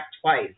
twice